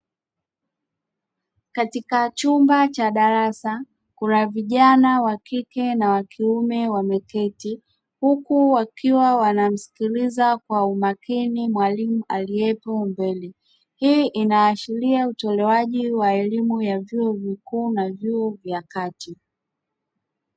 Katika chumba cha darasa kuna vijana wa kike na wa kiume wameketi huku wakiwa wanamsikiliza kwa umakini mwalimu aliyepo mbele. Hii inaashiria utolewaji wa elimu ya vyuo vikuu na vyuo vya kati.